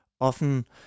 often